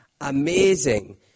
amazing